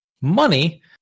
money